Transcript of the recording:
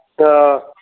हा